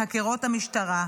מחקירות המשטרה.